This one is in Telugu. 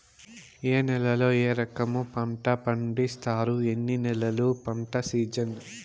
ఏ నేలల్లో ఏ రకము పంటలు పండిస్తారు, ఎన్ని నెలలు పంట సిజన్?